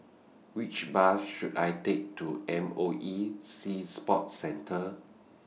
Which Bus should I Take to M O E Sea Sports Centre